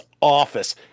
office